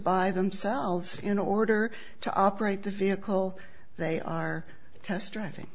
buy themselves in order to operate the vehicle they are test driving